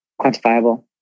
quantifiable